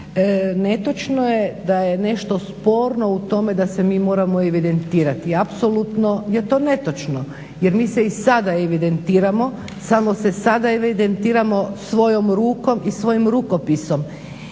Netočno je da je nešto sporno u tome da se mi morao evidentirati. Apsolutno je to netočno jer mi se i sada evidentiramo samo se sada evidentiramo svojom rukom i svojim rukopisom